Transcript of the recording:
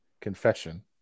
Confession